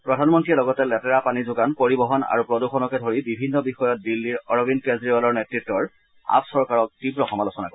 প্ৰধানমন্ত্ৰীয়ে লগতে লেতেৰা পানী যোগান পৰিবহন আৰু প্ৰদূষণকে ধৰি বিভিন্ন বিষয়ত দিল্লীৰ অৰবিন্দ কেজৰিবালৰ নেতৃত্ব আপ চৰকাৰক তীৱ সমালোচনা কৰে